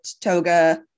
toga